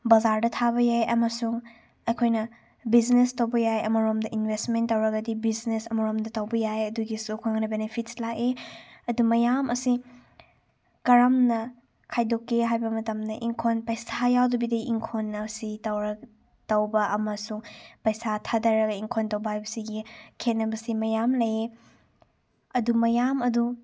ꯕꯖꯥꯔꯗ ꯊꯥꯕ ꯌꯥꯏ ꯑꯃꯁꯨꯡ ꯑꯩꯈꯣꯏꯅ ꯕꯤꯖꯤꯅꯦꯁ ꯇꯧꯕ ꯌꯥꯏ ꯑꯃꯔꯣꯝꯗ ꯏꯟꯚꯦꯁꯃꯦꯟ ꯇꯧꯔꯒꯗꯤ ꯕꯤꯖꯤꯅꯦꯁ ꯑꯃꯔꯣꯝꯗ ꯇꯧꯕ ꯌꯥꯏ ꯑꯗꯨꯒꯤꯁꯨ ꯑꯩꯈꯣꯏꯅ ꯕꯤꯅꯤꯐꯤꯠꯁ ꯂꯥꯛꯏ ꯑꯗꯨ ꯃꯌꯥꯝ ꯑꯁꯤ ꯀꯔꯝꯅ ꯈꯥꯏꯗꯣꯛꯀꯦ ꯍꯥꯏꯕ ꯃꯇꯝꯗ ꯏꯟꯈꯣꯟ ꯄꯩꯁꯥ ꯌꯥꯎꯗꯕꯤꯗ ꯏꯪꯈꯣꯟ ꯑꯁꯤ ꯇꯧꯕ ꯑꯃꯁꯨꯡ ꯄꯩꯁꯥ ꯊꯥꯊꯔꯒ ꯏꯪꯈꯣꯟ ꯇꯧꯕ ꯍꯥꯏꯕꯁꯤꯒꯤ ꯈꯦꯠꯅꯕꯁꯤ ꯃꯌꯥꯝ ꯂꯩꯌꯦ ꯑꯗꯨ ꯃꯌꯥꯝ ꯑꯗꯨ